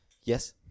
Yes